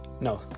no